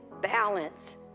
balance